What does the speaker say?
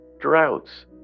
droughts